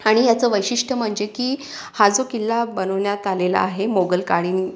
आणि याचं वैशिष्ट्य म्हणजे की हा जो किल्ला बनवण्यात आलेला आहे मोगलकालीन